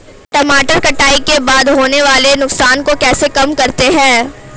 टमाटर कटाई के बाद होने वाले नुकसान को कैसे कम करते हैं?